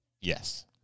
Yes